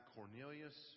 Cornelius